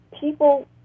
people